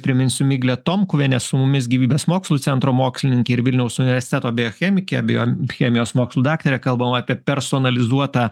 priminsiu miglė tomkuvienė su mumis gyvybės mokslų centro mokslininkė ir vilniaus universiteto biochemikė biochemijos mokslų daktarė kalbam apie personalizuotą